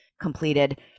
completed